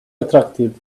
attractive